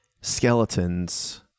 skeletons